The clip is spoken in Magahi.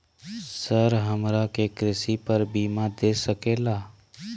सर हमरा के कृषि पर बीमा दे सके ला?